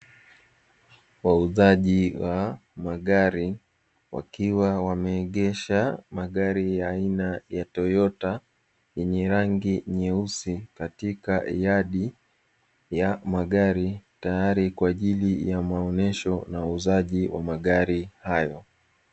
Wauzaji wa magari wakiwa wameegesha magari aina ya Toyota yenye rangi nyeusi katika “YARD”ya magari tayari kwa ajili ya maonesho na uuzaji wa magari hayo.